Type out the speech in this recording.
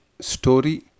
Story